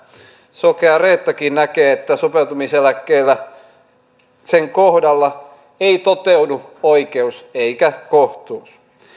sokea reettakin näkee että sopeutumiseläkkeen kohdalla ei toteudu oikeus eikä kohtuus